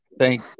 thank